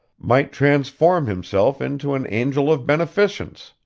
might transform himself into an angel of beneficence,